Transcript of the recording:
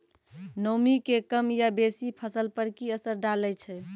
नामी के कम या बेसी फसल पर की असर डाले छै?